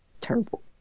terrible